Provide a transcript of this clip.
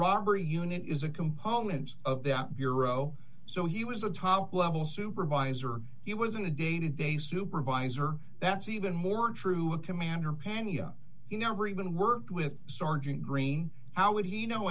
robbery unit is a component of that bureau so he was a top level supervisor he wasn't a day to day supervisor that's even more true a commander penya he never even worked with sergeant green how would he know